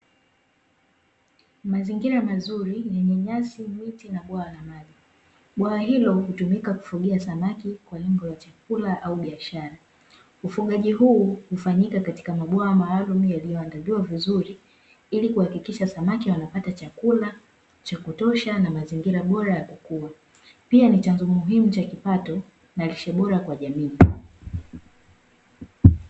Mazingira mazuri yenye nyasi, miti na bwawa la maji, bwawa hilo hutumika kufugia samaki kwalengo la chakula au biashara, ufugaji huu hufanyika katika mabwawa maalumu yaliyo andaliwa vizuri ili kuhakikisha samaki wanapata chakula cha kutosha na mazingira bora ya kukua, pia ni chanzo muhimu cha kipato na lishe bora kwa jamii.